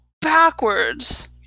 backwards